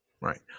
right